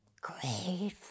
Grateful